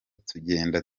tugenda